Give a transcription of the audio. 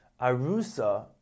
Arusa